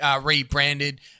rebranded